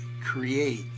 create